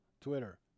Twitter